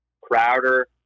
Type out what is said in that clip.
Crowder